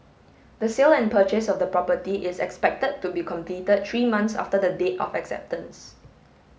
the sale and purchase of the property is expected to be completed three months after the date of the acceptance